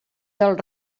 del